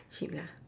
sheep lah